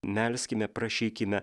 melskime prašykime